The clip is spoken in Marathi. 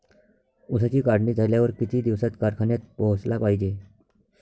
ऊसाची काढणी झाल्यावर किती दिवसात कारखान्यात पोहोचला पायजे?